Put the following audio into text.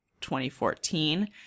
2014